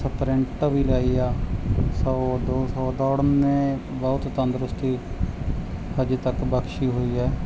sprint ਵੀ ਲਾਈ ਆ ਸੌ ਦੋ ਸੌ ਦੌੜਨ ਨੇ ਬਹੁਤ ਤੰਦਰੁਸਤੀ ਅਜੇ ਤੱਕ ਬਖਸ਼ੀ ਹੋਈ ਹੈ